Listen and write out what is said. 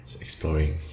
Exploring